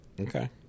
Okay